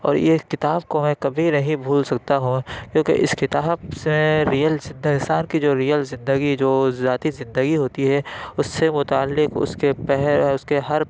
اور یہ کتاب کو میں کبھی نہیں بھول سکتا ہوں کیونکہ اس کتاب سے ریئلس زندہ انسان کی جو ریئل زندگی جو ذاتی زندگی ہوتی ہے اس سے متعلق اس کے پہل اس کے ہر